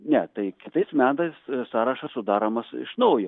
ne tai kitais metais sąrašas sudaromas iš naujo